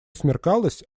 смеркалось